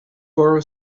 borrow